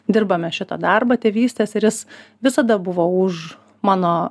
dirbame šitą darbą tėvystės ir jis visada buvau už mano